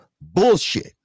bullshit